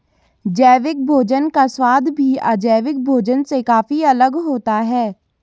जैविक भोजन का स्वाद भी अजैविक भोजन से काफी अलग होता है